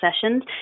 sessions